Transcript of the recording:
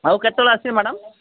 ହଉ କେତେବେଳେ ଆସିବେ ମ୍ୟାଡ଼ାମ୍